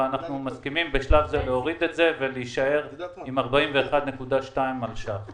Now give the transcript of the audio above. אבל אנחנו מסכימים בשלב זה להוריד את זה ולהישאר עם 41.2 מיליון ש"ח.